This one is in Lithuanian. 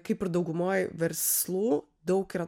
kaip ir daugumoj verslų daug yra